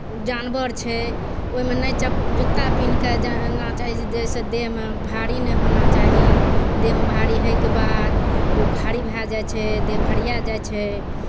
जानवर छै ओहिमे नहि चप जुत्ता पिन्हके जाना चाही जाहिसे देहमे भारी नहि होना चाही देहमे भारी होइके बाद ओ भारी भए जाइ छै देह भरिआ जाइ छै